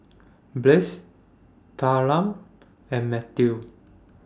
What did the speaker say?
Blaise Tamra and Matthew